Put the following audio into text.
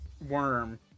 worm